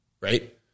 Right